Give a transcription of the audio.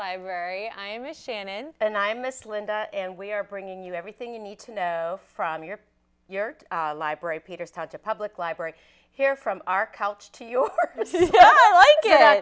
library i am a shannon and i am miss linda and we are bringing you everything you need to know from your your library peter's touch a public library here from our couch to you